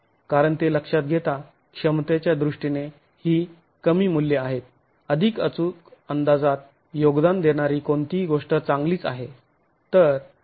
कारण ते लक्षात घेता क्षमतेच्या दृष्टीने ही कमी मुल्य आहेत अधिक अचूक अंदाजात योगदान देणारी कोणतीही गोष्ट चांगलीच आहे